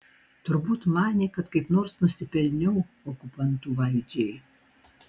turbūt manė kad kaip nors nusipelniau okupantų valdžiai